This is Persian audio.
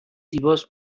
زیباست